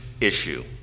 issue